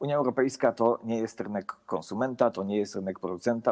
Unia Europejska to nie jest rynek konsumenta, to nie jest rynek producenta.